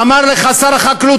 אמר לך שר החקלאות,